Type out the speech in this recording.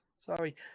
sorry